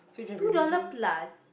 two dollar plus